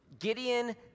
Gideon